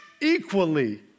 equally